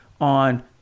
on